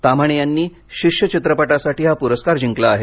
ताम्हाणे यांनी शिष्य चित्रपटासाठी हा पुरस्कार जिंकला आहे